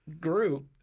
group